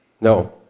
No